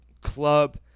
club